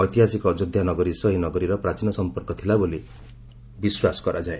ଐତିହାସିକ ଅଯୋଧ୍ୟା ନଗରୀ ସହ ଏହି ନଗରୀର ପ୍ରାଚୀନ ସଂପର୍କ ଥିଲା ବୋଲି ବିଶ୍ୱାସ କରାଯାଏ